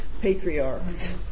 patriarchs